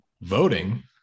Voting